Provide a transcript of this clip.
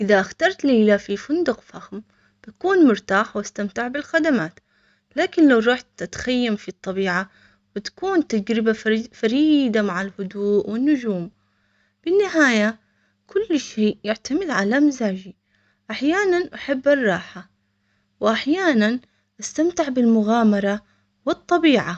إذا اخترت ليله في فندق فخم، بكون مرتاح واستمتع بالخدمات، لكن لو رحت تتخيم في الطبيعة وتكون تجربة فريدة مع الهدوء والنجوم، بالنهاية كل شيء يعتمد على مزاجي، أحيانًا أحب الراحة.